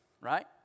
Right